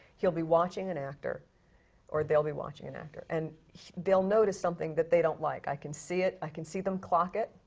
he'll be watching an actor or they'll be watching an actor, and they'll notice something that they don't like. i can see it, i can see them clock it,